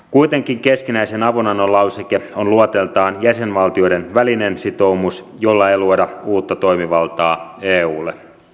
kuitenkin keskinäisen avunannon lauseke on luonteeltaan jäsenvaltioiden välinen sitoumus jolla ei luoda uutta toimivaltaa eulle